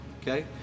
Okay